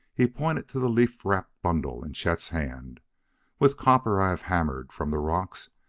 he pointed to the leaf-wrapped bundle in chet's hand with copper i have hammered from the rocks,